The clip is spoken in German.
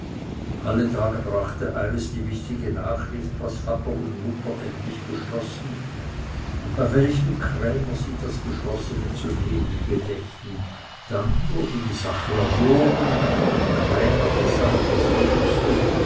alle tage brachte eines die wichtige nachricht was vater und mutter endlich beschlossen und bei welchem krämer sie das beschlossene zu nehmen gedächten dann wurde die sache erwogen und auch vom krämer gesagt was man wußte